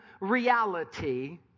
reality